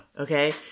Okay